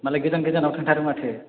मालाय गोजान गोजानाव थांथारो माथो